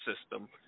system